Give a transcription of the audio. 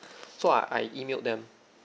so I I emailed them